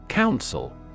Council